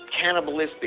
Cannibalistic